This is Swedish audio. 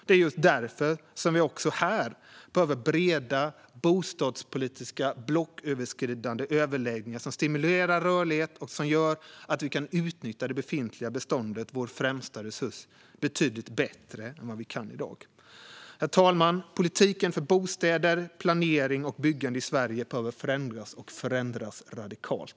Det är just därför som vi också här behöver breda, blocköverskridande bostadspolitiska överläggningar som stimulerar rörlighet och som gör att vi kan utnyttja vår främsta resurs, alltså det befintliga beståndet, betydligt bättre än vad vi kan i dag. Herr talman! Politiken för bostäder, planering och byggande i Sverige behöver förändras och förändras radikalt.